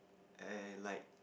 and like